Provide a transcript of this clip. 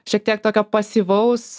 šiek tiek tokio pasyvaus